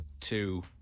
two